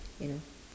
you know